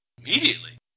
immediately